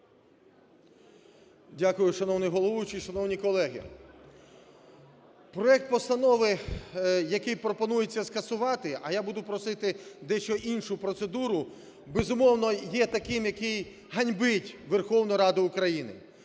Дякую, шановний головуючий! Шановні колеги! Проект постанови, який пропонується скасувати, а я буду просити дещо іншу процедуру, безумовно, є таким, який ганьбить Верховну Раду України.